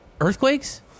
Earthquakes